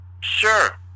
sure